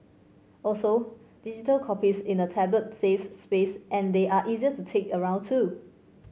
also digital copies in a tablet save space and they are easier to take around too